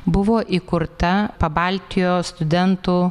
buvo įkurta pabaltijo studentų